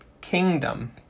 kingdom